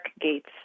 gates